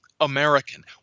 american